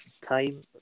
time